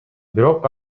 бирок